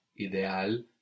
ideal